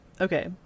okay